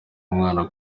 umwana